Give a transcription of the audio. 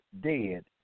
dead